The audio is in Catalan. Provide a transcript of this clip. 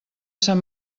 sant